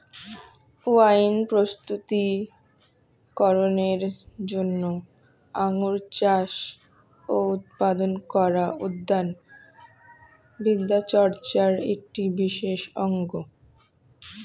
wine প্রস্তুতি করনের জন্য আঙুর চাষ ও উৎপাদন করা উদ্যান বিদ্যাচর্চার একটি বিশেষ অঙ্গ